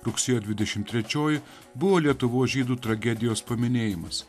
rugsėjo dvidešim trečioji buvo lietuvos žydų tragedijos paminėjimas